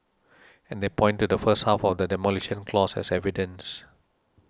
and they point to the first half of the Demolition Clause as evidence